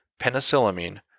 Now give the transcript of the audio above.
penicillamine